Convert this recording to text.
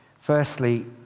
Firstly